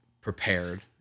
prepared